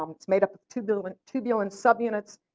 um it's made up of tubulin tubulin subunits,